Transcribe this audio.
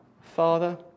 father